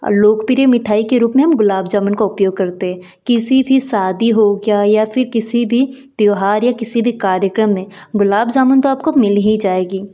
लोकप्रिय मिठाई के रूप में गुलाब जामुन का उपयोग करते है किसी भी शादी हो गया या फिर किसी भी त्योहार या किसी भी कार्यक्रम में गुलाब जामुन तो आपको मिल ही जाएगी